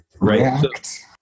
Right